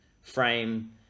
frame